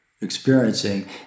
experiencing